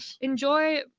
enjoy